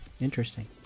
Interesting